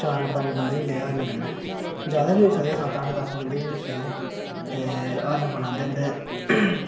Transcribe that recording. चार पंज बंदे होंदे हरण कन्नै ज्यादा बी होई सकदे सत्त अट्ठ दस्स बंदे बी होई सकदे ते हरण बनांदे न ते